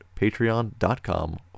patreon.com